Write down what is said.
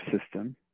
system